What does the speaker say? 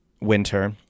winter